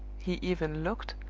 he even looked,